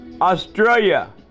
Australia